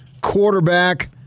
quarterback